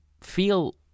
feel